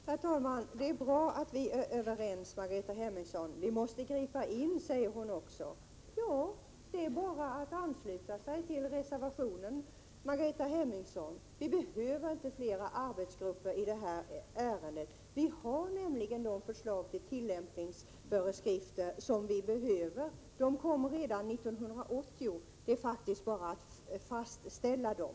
Herr talman! Margareta Hemmingsson säger att vi är överens, och det är bra. Vi måste gripa in säger hon också. Det är bara att ansluta sig till reservationen, Margareta Hemmingsson. Vi behöver inte flera arbetsgrupper i det här ärendet. Det finns nämligen ett förslag till tillämpningsföreskrifter. Det kom redan 1980. Det är faktiskt bara att fastställa dem.